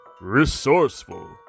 Resourceful